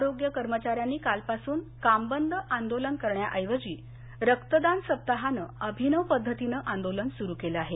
आरोग्य कर्मचाऱ्यांनी कालपासून कामबंद आंदोलन करण्याऐवजी रक्तदान सप्ताहानं अभिनव पद्धतीनं आंदोलन सुरू केलं आहे